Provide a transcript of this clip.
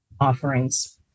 offerings